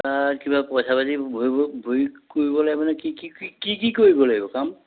কিবা পইচা পাতি ভৰি ভৰি কৰিব লাগিবনে কি কি কি কি কি কৰিব লাগিব কাম